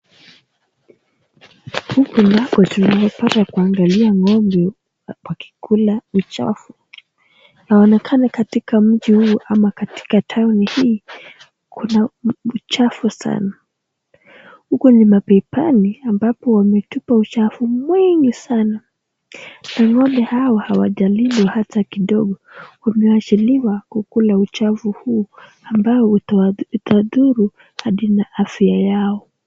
Huku tumepata kuangalia ng'ombe wakikula uchafu. Yaonekana katika mji huu ama katika town hii, kuna uchafu sana. Huku ni mapipani ambapo wametupa uchafu mwingi sana. Na ng'ombe hawa hawajalindwa hata kidogo. Wameachiliwa kukula uchafu huu ambao utadhuru hadi na afya yao.